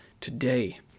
today